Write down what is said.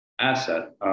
asset